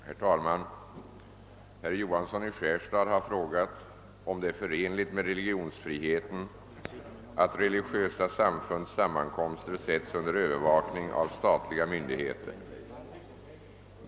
Herr talman! Herr Johansson i Skärstad har frågat statsministern om det är förenligt med religionsfriheten att religiösa samfunds sammankomster sätts under övervakning av statliga myndigheter. Frågan har överlämnats till mig för besvarande.